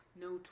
no